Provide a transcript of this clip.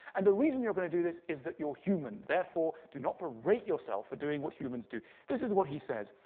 and the reason you're going to do this is that you're human. therefore, do not berate yourself for doing what humans do. this is what he says,